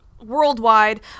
worldwide